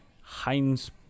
Heinz